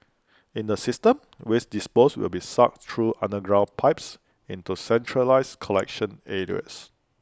in the system waste disposed will be sucked through underground pipes into centralised collection areas